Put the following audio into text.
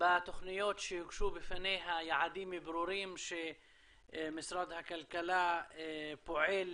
בתוכניות שהוגשו בפניה יעדים ברורים שמשרד הכלכלה פועל